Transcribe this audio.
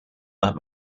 that